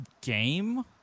game